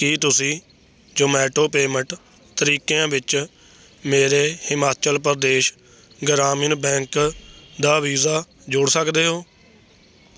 ਕੀ ਤੁਸੀਂਂ Zomato payment ਤਰੀਕਿਆਂ ਵਿੱਚ ਮੇਰੇ ਹਿਮਾਚਲ ਪ੍ਰਦੇਸ਼ ਗ੍ਰਾਮੀਣ ਬੈਂਕ ਦਾ ਵੀਜ਼ਾ ਜੋੜ ਸਕਦੇ ਹੋ